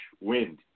wind